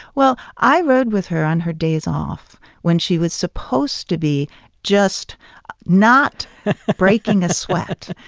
well, i rode with her on her days off when she was supposed to be just not breaking a sweat.